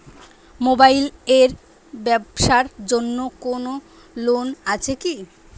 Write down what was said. Mobile এর ব্যাবসার জন্য কোন লোন আছে কি?